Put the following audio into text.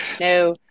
No